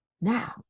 Now